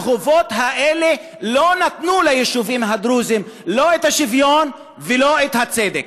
והחובות האלה לא נתנו ליישובים הדרוזיים לא שוויון ולא צדק.